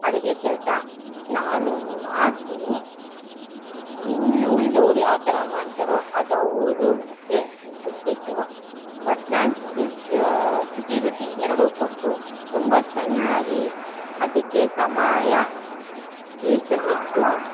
ಅಡಿಗೆ ಕೆಲಸ ನಾನು ಮಾಡ್ತೀನಿ ಇನ್ನು ಉಳ್ದೋರು ಯಾವ್ತರ ಮಾಡ್ತಾರೋ ಅದು ಅವ್ರುಗೆ ಬಿಟ್ಟಿದ್ದು ಬಟ್ ನಾನು ಸುಚಿ ಶುಚಿ ರುಚಿ ಎರಡು ಕೊಟ್ಟು ತುಂಬ ಚೆನ್ನಾಗಿ ಅದಕ್ಕೆ ಸಮಯ ಮೀಸಲಿಟ್ಟು